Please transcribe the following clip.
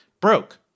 broke